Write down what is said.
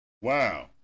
Wow